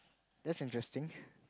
that's interesting